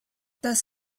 das